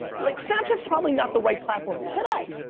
like snapchat's probably not the right platform today.